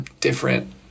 different